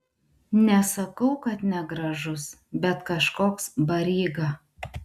nesakau kad negražus bet kažkoks baryga